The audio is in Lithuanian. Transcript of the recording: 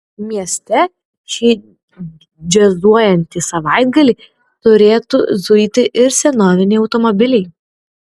mieste šį džiazuojantį savaitgalį turėtų zuiti ir senoviniai automobiliai